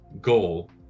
goal